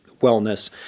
wellness